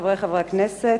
חברי חברי הכנסת,